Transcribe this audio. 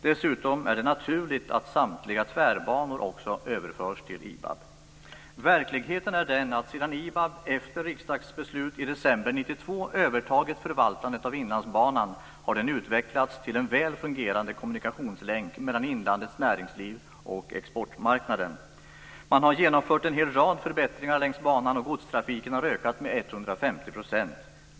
Dessutom är det naturligt att samtliga tvärbanor också överförs till IBAB. Verkligheten är den att sedan IBAB efter riksdagens beslut i december 1992 övertagit förvaltandet av Inlandsbanan har den utvecklats till en väl fungerande kommunikationslänk mellan inlandets näringsliv och exportmarknaden. Man har genomfört en hel rad förbättringar längs banan, och godstrafiken har ökat med 150 %.